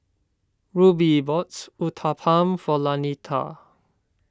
Rubie bought Uthapam for Lanita